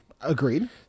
Agreed